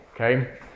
okay